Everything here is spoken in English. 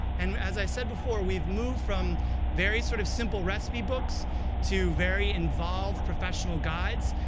and as i said before, we've moved from very sort of simple recipe books to very involved professional guides,